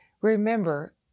Remember